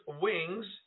wings